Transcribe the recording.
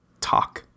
talk